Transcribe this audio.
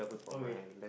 okay